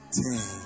ten